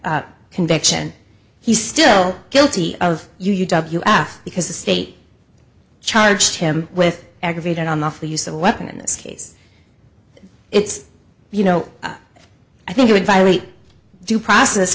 t conviction he's still guilty of u u w f because the state charged him with aggravated on the use of a weapon in this case it's you know i think it would violate due process